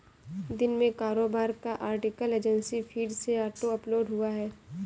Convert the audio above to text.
दिन में कारोबार का आर्टिकल एजेंसी फीड से ऑटो अपलोड हुआ है